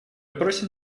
просим